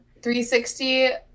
360